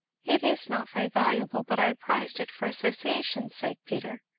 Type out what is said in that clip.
it is not very valuable, but i prized it for association's sake, peter.